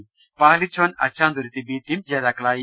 ത്തിൽ പാലിച്ചോൻ Achanthuruthi B team ജേതാക്കളായി